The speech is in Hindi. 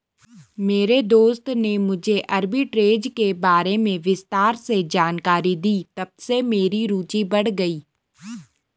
मेरे दोस्त ने मुझे आरबी ट्रेज़ के बारे में विस्तार से जानकारी दी तबसे मेरी रूचि बढ़ गयी